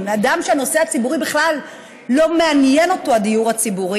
אדם שנושא הדיור הציבורי לא מעניין אותו כלל,